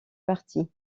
parties